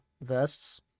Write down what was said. vests